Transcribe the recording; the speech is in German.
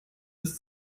bis